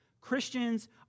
Christians